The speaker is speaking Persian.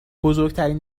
بزرگترین